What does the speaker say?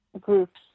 groups